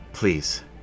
Please